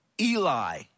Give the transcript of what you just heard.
Eli